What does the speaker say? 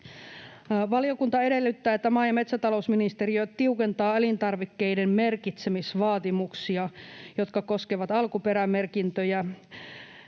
Valiokunta edellyttää, että maa- ja metsätalousministeriö tiukentaa elintarvikkeiden merkitsemisvaatimuksia, jotka koskevat alkuperämerkintöjä,